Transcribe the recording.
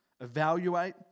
evaluate